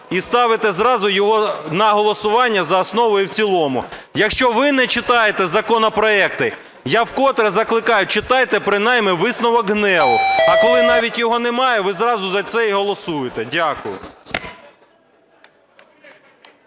і ставите зразу його на голосування за основу і в цілому. Якщо ви не читаєте законопроекти, я вкотре закликаю: читайте принаймні висновок ГНЕУ. А коли навіть його немає, ви зразу за це і голосуєте. Дякую.